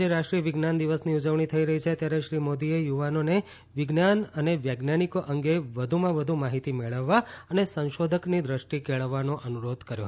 આજે રાષ્ટ્રીય વિજ્ઞાન દિવસની ઉજવણી થઇ રહી છે ત્યારે શ્રી મોદીએ યુવાનોને વિજ્ઞાન અને વૈજ્ઞાનિકો અંગે વધુમાં વધુ માહિતી મેળવવા અને સંશોધકની દ્રષ્ટિ કેળવવાનો અનુરોધ કર્યો